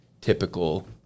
typical